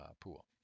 pool